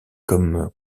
comme